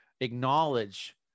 acknowledge